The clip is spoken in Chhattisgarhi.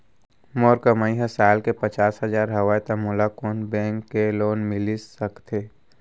मोर कमाई ह साल के पचास हजार हवय त मोला कोन बैंक के लोन मिलिस सकथे?